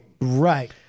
Right